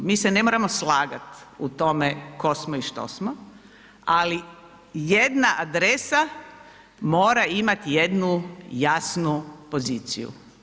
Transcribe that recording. Mi se ne moramo slagati u tome tko smo i što smo ali jedna adresa mora imati jednu jasnu poziciju.